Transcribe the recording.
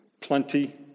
plenty